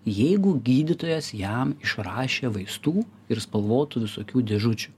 jeigu gydytojas jam išrašė vaistų ir spalvotų visokių dėžučių